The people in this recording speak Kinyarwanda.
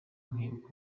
nkibuka